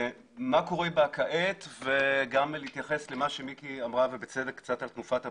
מה קורה בה כעת וגם להתייחס למה שמיקי אמרה ובצדק קצת על תנופת הבנייה,